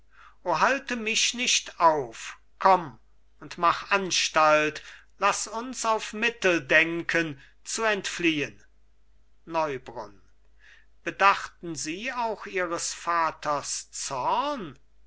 halte mich nicht auf komm und mach anstalt laß uns auf mittel denken zu entfliehen neubrunn bedachten sie auch ihres vaters zorn